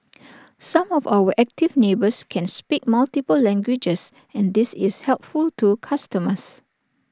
some of our active neighbours can speak multiple languages and this is helpful to customers